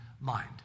mind